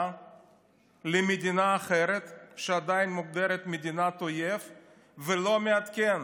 למדינה אחרת שעדיין מוגדרת מדינת אויב ולא מעדכן